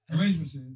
arrangements